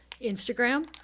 Instagram